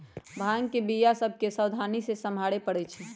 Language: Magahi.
भांग के बीया सभ के सावधानी से सम्हारे परइ छै